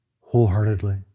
wholeheartedly